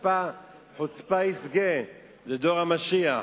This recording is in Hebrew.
"חוצפה יסגא", זה דור המשיח.